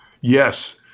Yes